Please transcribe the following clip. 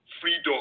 freedom